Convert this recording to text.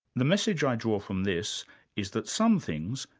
the message i draw from this is that some things,